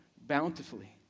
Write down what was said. bountifully